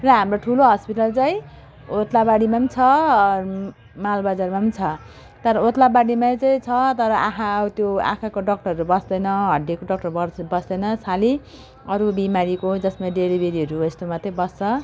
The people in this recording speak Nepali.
र हाम्रो ठुलो हस्पिटल चाहिँ ओदलाबारीमा नि छ मालबजारमा नि छ तर ओदलाबारीमा चाहिँ तर आँखा ऊ त्यो आँखाको डक्टरहरू बस्दैन हड्डीको डक्टर बस् बस्दैन खालि अरू बिमारीको जसमा डेलिभेरीहरूको यस्तो मात्रै बस्छ